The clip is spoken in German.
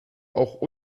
auch